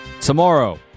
Tomorrow